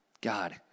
God